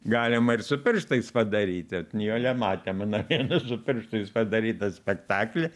galima ir su pirštais padaryt nijolė matė mano vieną su pirštais padarytą spektaklį